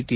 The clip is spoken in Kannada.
ಟಿ